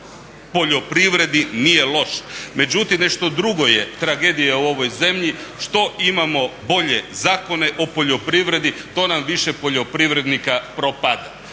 poljoprivredi nije loš. Međutim, nešto drugo je tragedija u ovoj zemlji, što imamo bolje zakone o poljoprivredi to nam više poljoprivrednika propada.